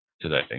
today